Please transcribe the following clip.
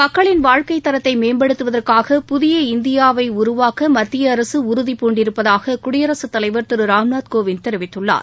மக்களின் வாழ்க்கைத் தரத்தை மேம்படுத்துவதற்காக புதிய இந்தியாவை உருவாக்க வேண்டுமென்று மத்திய அரசு உறுதி பூண்டிருப்பதாக குடியரசுத் தலைவா் திரு ராம்நாத் கோவிந்த் தெரிவித்துள்ளார்